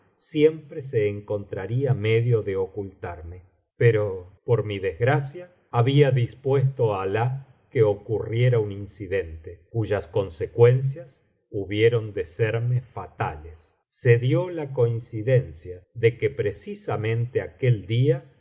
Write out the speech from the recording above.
siempre se encontraría medio de ocultarme pero por mi desgracia había dispuesto alah que ocurriera un incidente cuyas consecuencias hubieron de serme fatales se dio la coincidencia de que precisamente aquel día